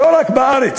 לא רק בארץ,